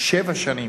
שבע שנים,